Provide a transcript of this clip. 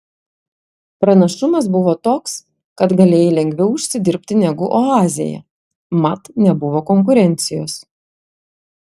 pranašumas buvo toks kad galėjai lengviau užsidirbti negu oazėje mat nebuvo konkurencijos